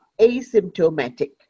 asymptomatic